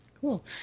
cool